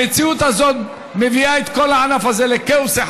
המציאות הזאת מביאה את כל הענף הזה לכאוס אחד